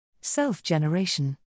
Self-generation